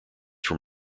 from